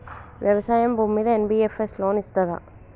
వ్యవసాయం భూమ్మీద NBFS loan ఇస్తదా?